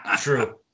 true